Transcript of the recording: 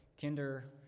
Kinder